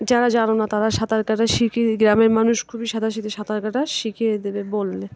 যারা জানো না তারা সাঁতার কাটা শিখে গ্রামের মানুষ খুবই সাঁতার সাথে সাঁতার কাটা শিখিয়ে দেবে বললে